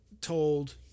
told